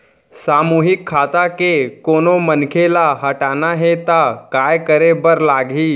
सामूहिक खाता के कोनो मनखे ला हटाना हे ता काय करे बर लागही?